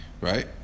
Right